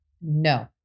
No